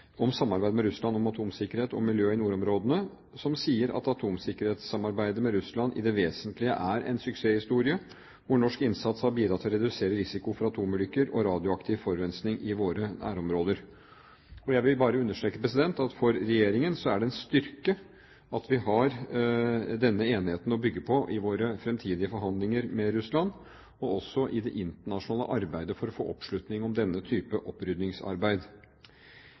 om samarbeid med Russland om atomvirksomhet og miljø i nordområdene, som sier at atomsikkerhetssamarbeidet med Russland i det vesentlige er en suksesshistorie hvor norsk innsats har bidratt til å redusere risikoen for atomulykker og radioaktiv forurensning i våre nærområder. Jeg vil bare understreke at for regjeringen er det en styrke at vi har denne enigheten å bygge på i våre fremtidige forhandlinger med Russland, og også i det internasjonale arbeidet for å få oppslutning om denne type oppryddingsarbeid.